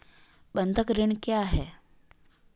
बंधक ऋण क्या है?